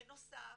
בנוסף,